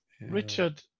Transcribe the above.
Richard